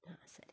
ಹಾಂ ಸರಿ